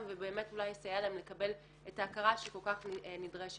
ובאמת אולי יסייע להן את ההכרה שכל כך נדרשת.